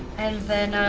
and then,